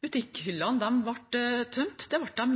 ble tømt.